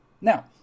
Now